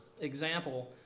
example